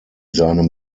seinem